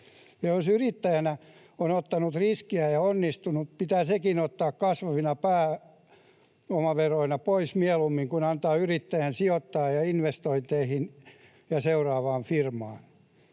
jos yrittäjänä on ottanut riskiä ja onnistunut, pitää sekin mieluummin ottaa kasvavina pääomaveroina pois kuin antaa yrittäjän sijoittaa investointeihin ja seuraavaan firmaan.